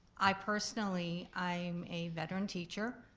i personally i am a veteran teacher,